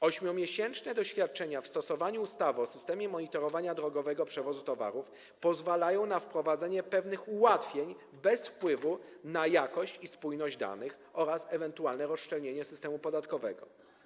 8-miesięczne doświadczenia w stosowaniu ustawy o systemie monitorowania drogowego przewozu towarów pozwalają na wprowadzenie pewnych ułatwień bez wpływu na jakość i spójność danych oraz ewentualne rozszczelnienie systemu podatkowego.